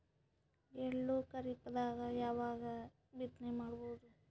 ಎಳ್ಳು ಖರೀಪದಾಗ ಯಾವಗ ಬಿತ್ತನೆ ಮಾಡಬಹುದು?